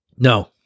No